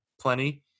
plenty